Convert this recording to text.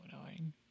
annoying